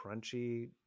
crunchy